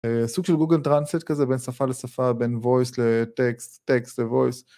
סוג של גוגל טרנסלייט כזה, בין שפה לשפה, בין ווייס לטקסט, טקסט לווייס.